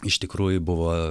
iš tikrųjų buvo